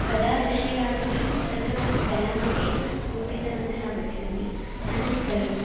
कदा वृष्टिः आगच्छति तत्र जलमपि कूपमध्ये आगच्छन्ति अनन्तरम्